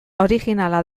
originala